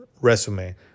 resume